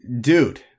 Dude